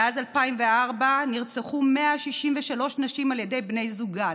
מאז 2004 נרצחו 163 נשים על ידי בני זוגן.